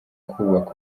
kubaka